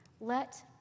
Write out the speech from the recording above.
let